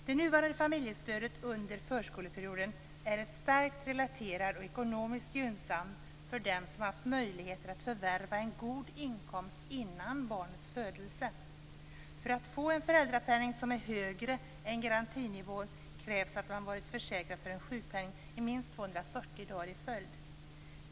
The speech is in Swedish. Det nuvarande familjestödet under förskoleperioden är starkt relaterat till och ekonomiskt gynnsamt för dem som har haft möjlighet att förvärva en god inkomst före barnets födelse. För att få en föräldrapenning som är högre än garantinivån krävs att man har varit försäkrad för en sjukpenning i minst 240 dagar i följd.